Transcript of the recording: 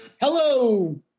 Hello